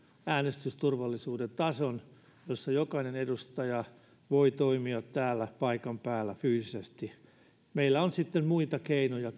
äänestysturvallisuuden tason jossa jokainen edustaja voi toimia täällä paikan päällä fyysisesti meillä on kyllä muita keinoja